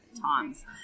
times